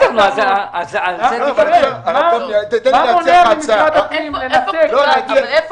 כל מי שהממשלה הטילה עליו מגבלות אז הוא